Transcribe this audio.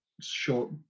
short